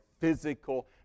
physical